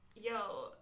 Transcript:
yo